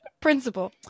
Principal